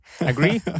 Agree